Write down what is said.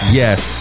yes